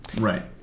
Right